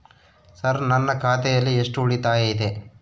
Sir ನನ್ನ ಖಾತೆಯಲ್ಲಿ ಎಷ್ಟು ಉಳಿತಾಯ ಇದೆ?